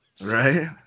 right